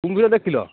କୁମ୍ଭୀର ଦେଖିଲ